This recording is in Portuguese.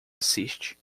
assiste